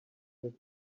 that